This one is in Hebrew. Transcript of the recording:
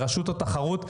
לרשות התחרות,